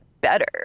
better